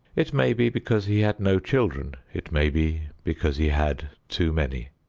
it may be because he had no children it may be because he had too many.